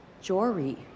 Jory